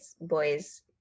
boys